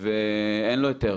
ואין לו היתר.